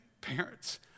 parents